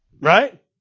Right